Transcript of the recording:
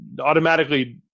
automatically